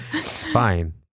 Fine